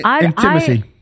Intimacy